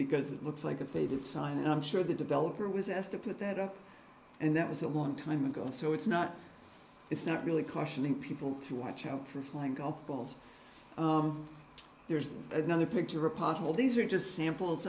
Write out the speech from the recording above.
because it looks like a faded sign and i'm sure the developer was asked to put that up and that was a long time ago so it's not it's not really cautioning people to watch out for flying golf balls there's another picture a pothole these are just samples